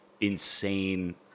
insane